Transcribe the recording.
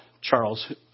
Charles